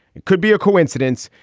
it could be a coincidence,